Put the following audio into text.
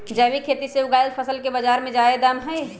जैविक खेती से उगायल फसल के बाजार में जादे दाम हई